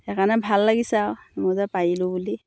সেইকাৰণে ভাল লাগিছে আৰু মই যে পাৰিলোঁ বুলি